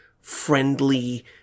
friendly